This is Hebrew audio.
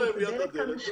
שמים להם ליד הדלת.